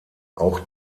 auch